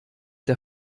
der